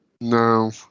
No